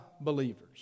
believers